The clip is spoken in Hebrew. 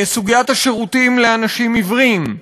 סוגיית השירותים לאנשים עיוורים,